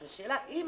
אז השאלה: אם